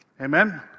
Amen